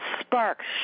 sparks